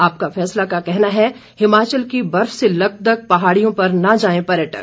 आपका फैसला का कहना है हिमाचल की बर्फ से लकदक पहाड़ियों पर न जाएं पर्यटक